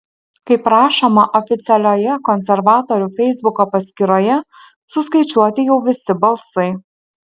kaip rašoma oficialioje konservatorių feisbuko paskyroje suskaičiuoti jau visi balsai